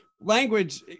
language